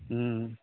ꯎꯝ